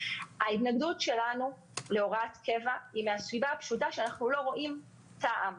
ההתנגדות שלנו להוראת קבע היא מן הסיבה הפשוטה שאנחנו לא רואים טעם,